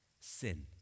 Sin